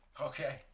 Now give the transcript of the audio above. Okay